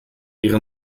ihren